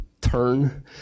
turn